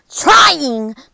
trying